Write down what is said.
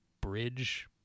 bridge